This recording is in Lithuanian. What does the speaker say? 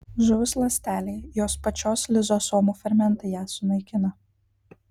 žuvus ląstelei jos pačios lizosomų fermentai ją sunaikina